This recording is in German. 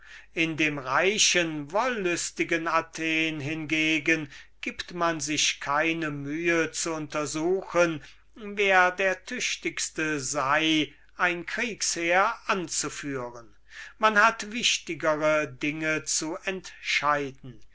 in dem reichen und wollüstigen athen gibt man sich keine mühe zu untersuchen wer der tüchtigste sei ein kriegsheer anzuführen man hat wichtigere dinge zu entscheiden